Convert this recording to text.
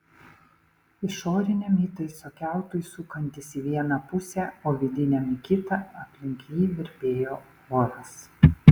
išoriniam įtaiso kiautui sukantis į vieną pusę o vidiniam į kitą aplink jį virpėjo oras